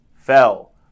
fell